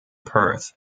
perth